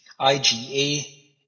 IGA